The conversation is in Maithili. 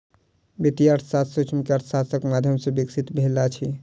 वित्तीय अर्थशास्त्र सूक्ष्म अर्थशास्त्रक माध्यम सॅ विकसित भेल अछि